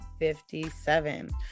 57